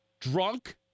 drunk